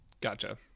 gotcha